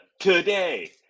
Today